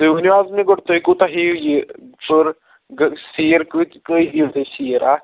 تُہۍ ؤنِو حظ مےٚ گۄڈٕ تُہۍ کوٗتاہ ہیٚیِو یہِ ژھیوٚر سیٖر کۭتۍ کٔہۍ دِیِو تُہۍ سیٖر اکھ